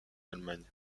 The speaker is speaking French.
allemagne